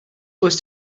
was